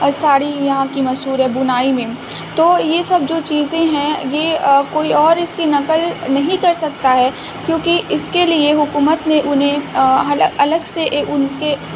ساڑی یہاں کی مشہور ہے بنائی میں تو یہ سب جو چیزیں ہیں یہ کوئی اور اس کی نقل نہیں کر سکتا ہے کیونکہ اس کے لیے حکومت نے انہیں الگ سے ان کے